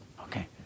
okay